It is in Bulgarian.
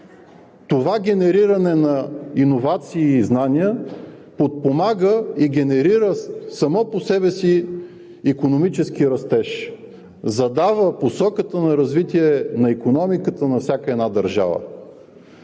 това генериране на иновации и знания подпомага и генерира само по себе си икономически растеж, задава посоката на развитие на икономиката на всяка една държава.